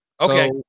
Okay